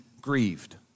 grieved